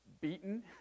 beaten